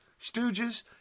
Stooges